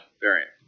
variant